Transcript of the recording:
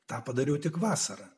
tą padariau tik vasarą